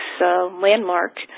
landmark